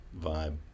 vibe